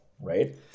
right